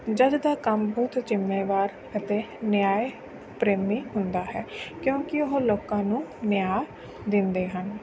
ਜੱਜ ਦਾ ਕੰਮ ਬਹੁਤ ਜ਼ਿੰਮੇਵਾਰ ਅਤੇ ਨਿਆਂ ਪ੍ਰੇਮੀ ਹੁੰਦਾ ਹੈ ਕਿਉਂਕਿ ਉਹ ਲੋਕਾਂ ਨੂੰ ਨਿਆਂ ਦਿੰਦੇ ਹਨ